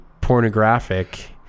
pornographic